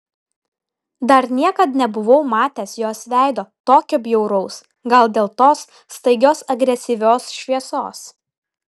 dar niekad nebuvau matęs jos veido tokio bjauraus gal dėl tos staigios agresyvios šviesos